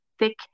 thick